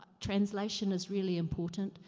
translation is really important.